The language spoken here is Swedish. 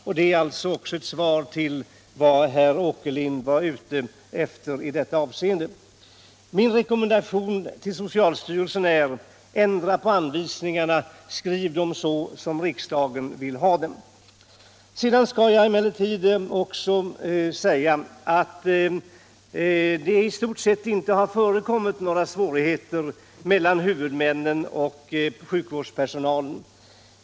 — Detta är alltså också ett svar på det som herr Åkerlind anförde i detta avseende. Min rekommendation till socialstyrelsen är: Ändra på anvisningarna. Skriv dem som riksdagen vill ha dem. Sedan vill jag också säga att det i stort sett inte har förekommit några svårigheter mellan huvudmännen och sjukvårdspersonalen.